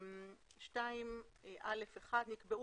2.תנאים למתן שירות חיוני כשירות מרחוק (1)נקבעו